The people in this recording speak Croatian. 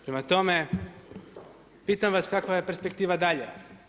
Prema tome, pitam vas kakva je perspektiva dalje.